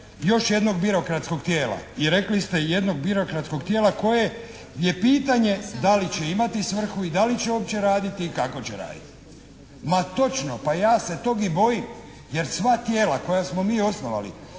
još jednog birokratskog tijela i rekli ste jednog birokratskog tijela koje je pitanje da li će imati svrhu i da li će uopće raditi i kako će raditi. Ma točno, pa ja se tog i bojim jer sva tijela koja smo mi osnovali